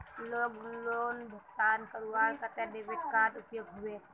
Loan भुगतान करवार केते डेबिट कार्ड उपयोग होबे?